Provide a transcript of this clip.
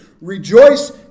Rejoice